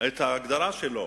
את ההגדרה שלו: